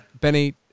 Benny